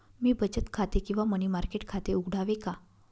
मी बचत खाते किंवा मनी मार्केट खाते उघडावे का?